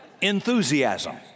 enthusiasm